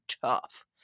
tough